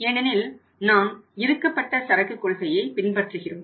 ஏனெனில் நாம் இறுக்கப்பட்ட சரக்கு கொள்கையை பின்பற்றுகிறோம்